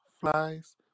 flies